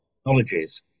technologies